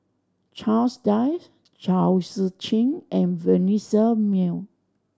Charles Dyce Chao Tzee Cheng and Vanessa Mae